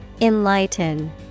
Enlighten